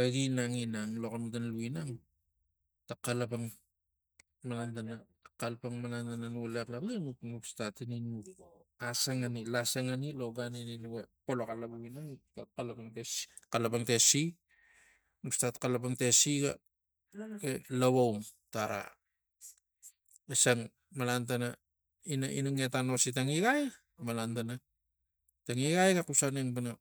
Egi inang inang lo xamatan lui ginang ta xalapang malan tana ta xalapang malan tan nuga laxex laxliax nuk statina nuk asangangi lasangani lo gan igi nuga polox alavu ginang nuk stat xalapang stat xalapang tesi nuk stat xalapang tesi ga- ga lo voum tara xisang malan ngina tara ngeta tang igai? Malan tana ta igai ga xus aneng pana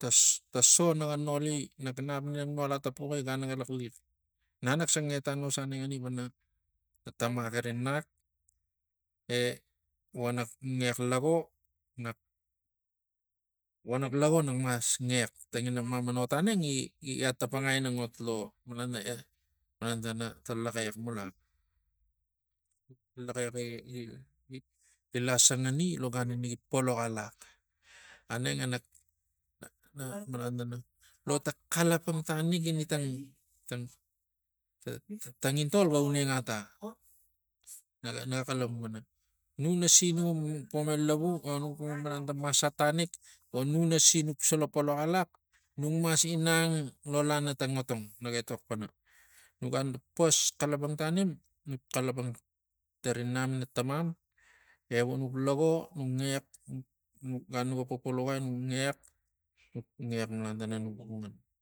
ta so taso naga noli naga nap ina nak nol at apuxi gan naga laxliax. Nan se nget anengani pana na tamak eri nak e vonak ngex lago nak vo nak lago nak mas nges ta ngina mama nat angeng gi- gi- gi taptapangai ina ot malan tana ot laxex mula ta laxex gi- gi- gi lasangani lo gan ini gi polox alax aneng enak nak malan tana lo ta xalapang tanik ini tang tang tang tangintol ga uneng ata naga naga xalpang pana nu nasi au ga po me lavu vo nuga po malan tana masat tanik vo nasi nuk sala polox alax nukmas inang lo lana tang otong nak etok pana nuk gan nuk pas xalapang tanim nuk xalapang tari nam e tamam e vonu lago nuk ngiax nuk gan ina nuga popo laugai nuk ngaix nuk ngias malantan nuk ngiax.